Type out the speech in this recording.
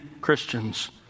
Christians